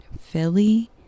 Philly